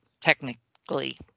technically